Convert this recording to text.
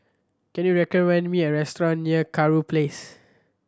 can you recommend me a restaurant near Kurau Place